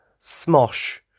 Smosh